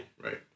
right